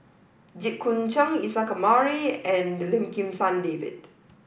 Jit Koon Ch'ng Isa Kamari and Lim Kim San David